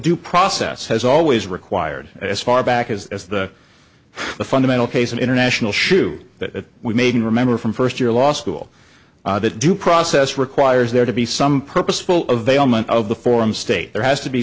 due process has always required as far back as the fundamental case an international shoe that we made and remember from first year law school that due process requires there to be some purposeful of ailment of the form state there has to be